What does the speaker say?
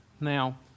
Now